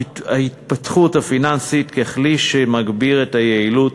ההתפתחות הפיננסית ככלי שמגביר את היעילות,